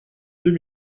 deux